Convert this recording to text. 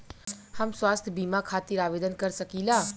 हम स्वास्थ्य बीमा खातिर आवेदन कर सकीला?